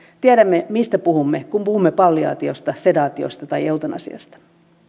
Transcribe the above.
tietää mistä puhumme kun puhumme palliaatiosta sedaatiosta tai eutanasiasta